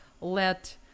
let